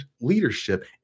Leadership